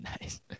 nice